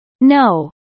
No